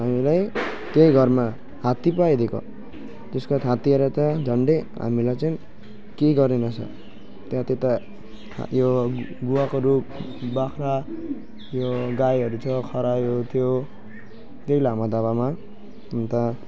हामीलाई त्यही घरमा हात्ती पो आइदिएको त्यसको बाद हात्ती आएर त्यहाँ झन्डै हामीलाई चाहिँ केही गरेनछ त्यहाँ त्यता यो गुवाको रुख बाख्रा यो गाईहरू थियो खरायोहरू थियो त्यही लामा ढाबामा अन्त